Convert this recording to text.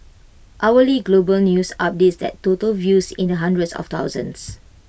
hourly global news updates that total views in the hundreds of thousands